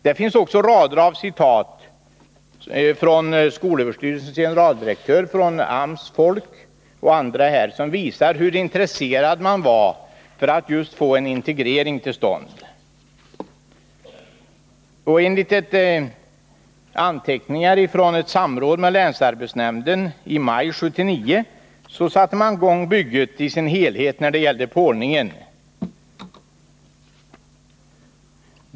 Det finns också rader av citat från skolöverstyrelsens generaldirektör, AMS-folk och andra som visar hur intresserad man var att få till stånd just en integrering. Enligt anteckningar från ett samråd med länsarbetsnämnden i maj 1979 satte man i gång med pålning för bygget i dess helhet.